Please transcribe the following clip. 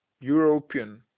European